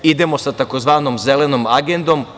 Idemo sa tzv. Zelenom agendom.